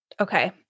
Okay